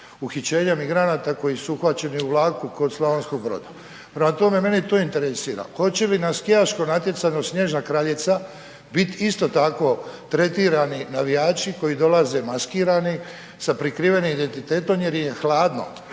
uhićenja migranata koji su uhvaćeni u vlaku kod Slavonskog Broda. Prema tome, mene to interesira hoće li na skijaško natjecanje „Snježna Kraljica“ biti isto tako tretirani navijači koji dolaze maskirani sa prikrivenim identitetom jer im je hladno.